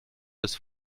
des